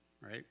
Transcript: right